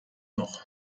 noch